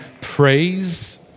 praise